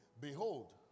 behold